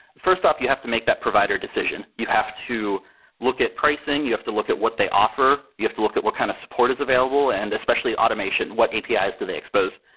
first off, you have to make that provider decision. you have to look at pricing. you have to look at what they offer. you have to look at what kind of support is available, and especially automation. what apis yeah apis do they expose?